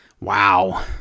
Wow